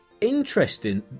interesting